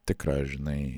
tikrą žinai